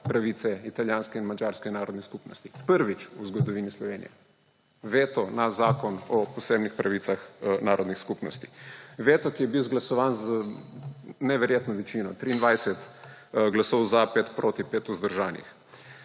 pravice italijanske in madžarske narodne skupnosti. Prvič v zgodovini Slovenije veto na zakon o posebnih pravicah narodnih skupnosti. Veto, ki je bil izglasovan z neverjetno večino, 23 glasov za, 5 proti, 5 vzdržanih.